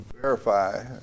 verify